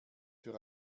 für